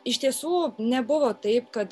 iš tiesų nebuvo taip kad